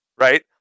right